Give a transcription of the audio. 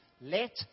Let